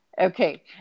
Okay